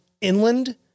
inland